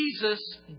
Jesus